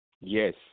yes